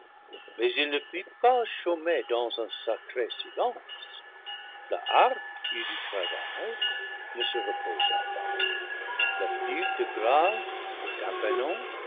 mais il ne fut pas chômé dans un sacré silence la harpe eut du travail ne se reposa pas la flûte grave le tympanon